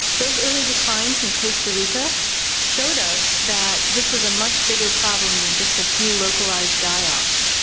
those early declines in costa rica showed us that this was a much bigger problem than just a few localised die-offs,